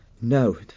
No